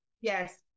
Yes